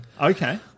Okay